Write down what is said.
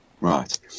Right